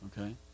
okay